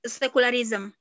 secularism